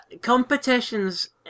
Competition's